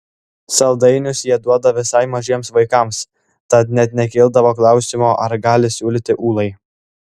saldainius jie duoda visai mažiems vaikams tad net nekildavo klausimo ar gali siūlyti ūlai